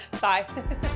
Bye